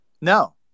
no